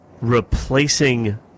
replacing